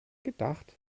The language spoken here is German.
gedacht